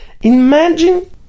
Imagine